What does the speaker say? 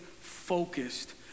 focused